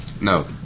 No